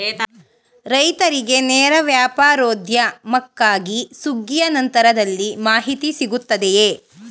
ರೈತರಿಗೆ ನೇರ ವ್ಯಾಪಾರೋದ್ಯಮಕ್ಕಾಗಿ ಸುಗ್ಗಿಯ ನಂತರದಲ್ಲಿ ಮಾಹಿತಿ ಸಿಗುತ್ತದೆಯೇ?